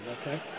okay